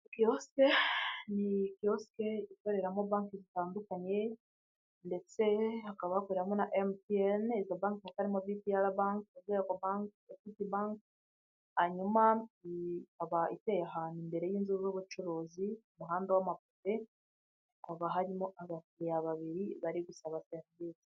Kiosk ni kiosk ikoreramo banki zitandukanye ndetse hakaba hakoreramo na MTN izo bankk harimo bpr bank, urwego bank, equity bank, hanyuma ikaba iteye ahantu imbere y'inzu z'ubucuruzi ku muhanda w'amapave, hakaba harimo abakiriya babiri bari gusaba serivse.